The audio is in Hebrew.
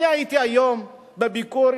אני הייתי היום בביקור,